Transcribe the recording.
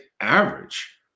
average